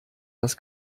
das